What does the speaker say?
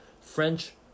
French